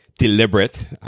deliberate